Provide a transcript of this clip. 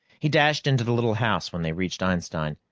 he dashed into the little house when they reached einstein,